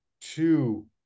two